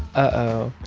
uh-oh.